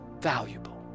valuable